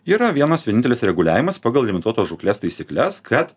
yra vienas vienintelis reguliavimas pagal limituotos žūklės taisykles kad